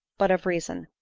but of reason.